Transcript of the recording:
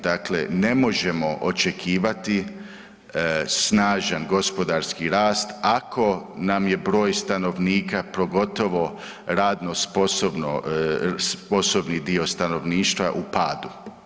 Dakle, ne možemo očekivati snažan gospodarski rast ako nam je broj stanovnika, pogotovo radno sposobno, sposobni dio stanovništva u padu.